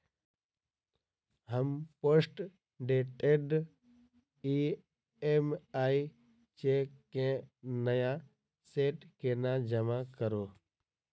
हम postdated EMI cheque केँ नया सेट केना जमा करू?